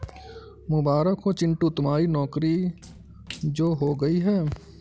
मुबारक हो चिंटू तुम्हारी नौकरी जो हो गई है